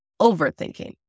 overthinking